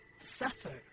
suffer